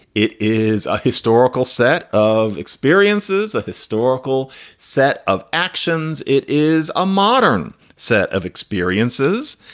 it is a historical set of experiences, a historical set of actions. it is a modern set of experiences.